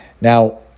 Now